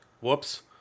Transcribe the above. Whoops